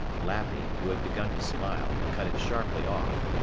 lappy, who had begun to smile, cut it sharply off.